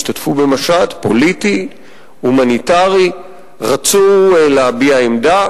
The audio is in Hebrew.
השתתפו במשט פוליטי הומניטרי ורצו להביע עמדה.